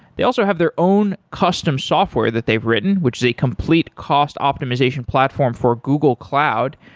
they also have their own custom software that they've written, which is a complete cost optimization platform for google cloud,